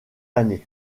années